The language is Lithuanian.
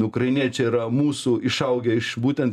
ukrainiečiai yra mūsų išaugę iš būtent